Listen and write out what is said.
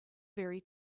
very